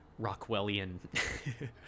Rockwellian